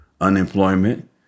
unemployment